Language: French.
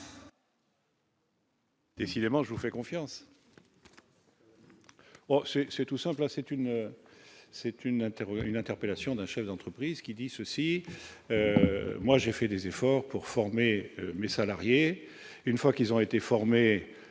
Décidément, je vous fais confiance. C'est c'est tout simple, c'est une c'est une une interpellation d'un chef d'entreprise qui dit ceci : moi j'ai fait des efforts pour former mes salariés, une fois qu'ils ont été formés,